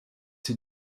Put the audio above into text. sie